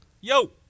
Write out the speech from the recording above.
yo